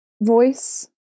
voice